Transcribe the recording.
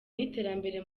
n’iterambere